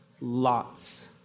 lots